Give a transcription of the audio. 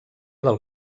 del